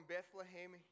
Bethlehem